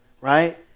right